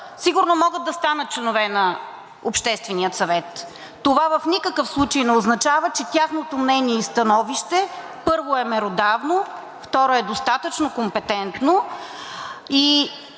сигурно могат да станат членове на Обществения съвет. Това в никакъв случай не означава, че тяхното мнение и становище, първо, е меродавно, второ, е достатъчно компетентно.